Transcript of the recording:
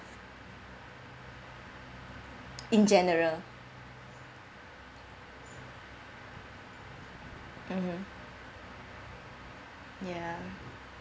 in general mmhmm ya